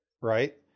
right